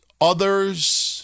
others